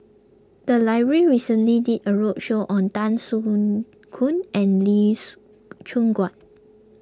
the library recently did a roadshow on Tan soon Khoon and lease Choon Guan